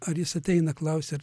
ar jis ateina klausia ar